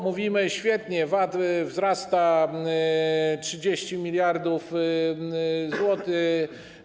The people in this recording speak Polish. Mówimy: świetnie, VAT wzrasta... 30 mld zł.